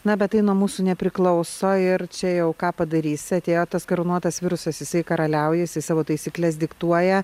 na bet tai nuo mūsų nepriklauso ir čia jau ką padarysi atėjo tas karūnuotas virusas jisai karaliauja jis savo taisykles diktuoja